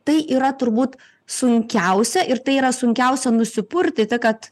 tai yra turbūt sunkiausia ir tai yra sunkiausia nusipurtyti kad